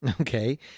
Okay